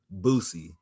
Boosie